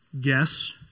guess